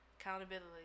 accountability